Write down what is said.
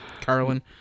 Carlin